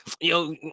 Yo